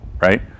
right